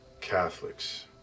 Catholics